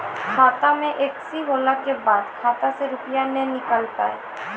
खाता मे एकशी होला के बाद खाता से रुपिया ने निकल पाए?